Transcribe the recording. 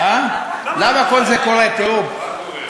למה כל זה קורה, תראו,